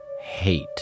hate